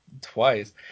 Twice